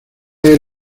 eres